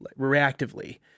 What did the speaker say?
reactively